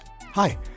Hi